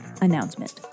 announcement